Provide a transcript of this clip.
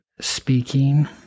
speaking